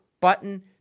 button